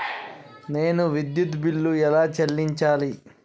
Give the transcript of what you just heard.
నేను విద్యుత్ బిల్లు ఎలా చెల్లించాలి?